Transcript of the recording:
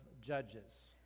Judges